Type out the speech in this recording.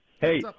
Hey